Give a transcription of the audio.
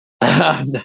No